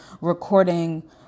recording